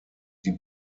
die